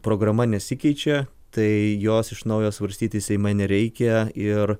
programa nesikeičia tai jos iš naujo svarstyti seime nereikia ir